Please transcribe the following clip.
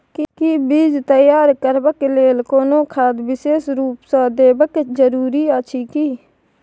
कि बीज तैयार करबाक लेल कोनो खाद विशेष रूप स देबै के जरूरी अछि की?